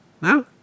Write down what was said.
no